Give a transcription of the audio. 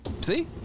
See